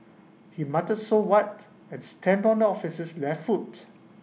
he muttered so what and stamped on the officer's left foot